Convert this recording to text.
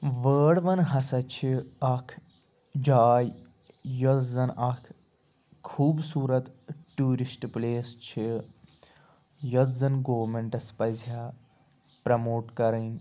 واڑ ون ہسا چھِ اکھ جاے یۄس زَن اکھ خوٗبصوٗرت ٹوٗرِسٹ پٔلٮ۪س چھِ یۄس زَن گورمٮ۪نٹَس پَزِ ہا پرموٹ کَرٕنۍ